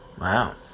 Wow